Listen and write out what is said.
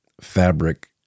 fabric